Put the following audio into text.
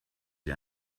sie